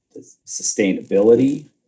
sustainability